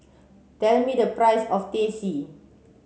tell me the price of Teh C